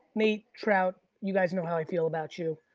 nate, trout, you guys know how i feel about you,